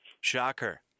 Shocker